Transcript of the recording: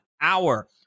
hour